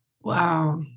Wow